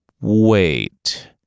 Wait